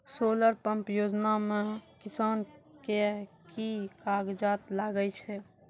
Solar pump योजना म किसान के की कागजात लागै छै?